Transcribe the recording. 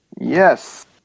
Yes